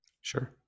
Sure